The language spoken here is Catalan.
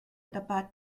tapat